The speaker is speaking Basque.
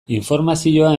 informazioa